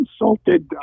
insulted